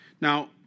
Now